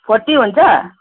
forty हुन्छ